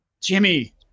Jimmy